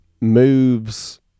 moves